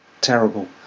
terrible